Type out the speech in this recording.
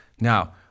Now